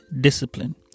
discipline